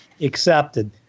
accepted